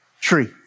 tree